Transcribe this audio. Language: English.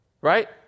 Right